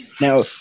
Now